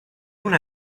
una